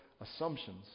assumptions